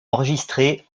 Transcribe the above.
enregistrée